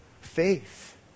faith